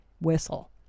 whistle